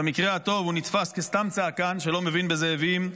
במקרה הטוב הוא נתפס כסתם צעקן שלא מבין בזאבים,